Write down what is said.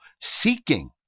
seeking